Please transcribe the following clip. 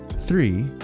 Three